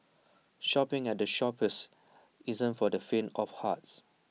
shopping at the Shoppes isn't for the faint of hearts